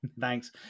Thanks